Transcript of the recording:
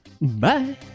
bye